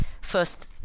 first